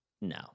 no